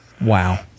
Wow